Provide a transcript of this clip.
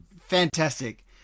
Fantastic